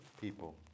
people